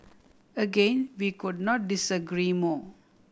again we could not disagree more